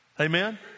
Amen